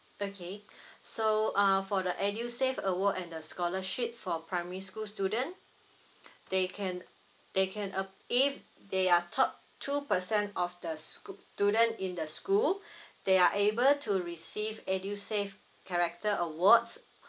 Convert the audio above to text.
okay so uh for the edusave award and the scholarship for primary school student they can they can uh if they are top two percent of the schoo~ student in the school they are able to receive edusave character awards